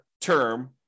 term